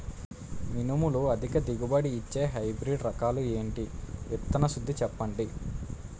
మినుములు అధిక దిగుబడి ఇచ్చే హైబ్రిడ్ రకాలు ఏంటి? విత్తన శుద్ధి చెప్పండి?